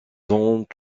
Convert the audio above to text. ont